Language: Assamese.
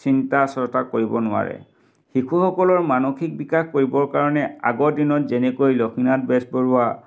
চিন্তা চৰ্চা কৰিব নোৱাৰে শিশুসকলৰ মানসিক বিকাশ কৰিবৰ কাৰণে আগৰ দিনত যেনেকৈ লক্ষ্মীনাথ বেজবৰুৱা